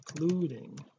including